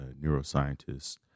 neuroscientist